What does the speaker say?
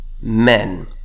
men